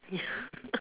ya